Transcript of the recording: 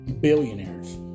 billionaires